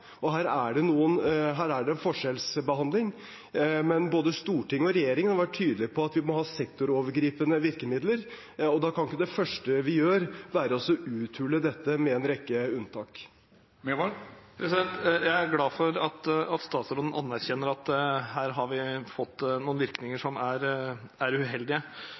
og her er det forskjellsbehandling. Men både storting og regjering har vært tydelige på at vi må ha sektorovergripende virkemidler. Da kan ikke det første vi gjør, være å uthule dette med en rekke unntak. Jeg er glad for at statsråden anerkjenner at vi her har fått noen virkninger som er uheldige. Mitt oppfølgingsspørsmål blir om statsråden vil ta initiativ til å se på om det er